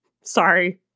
Sorry